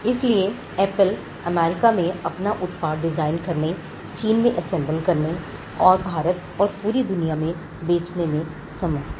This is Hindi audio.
इसलिए एप्पल अमेरिका में अपना उत्पाद डिजाइन करने चीन में असेंबल करने भारत और पूरी दुनिया में बेचने में समर्थ है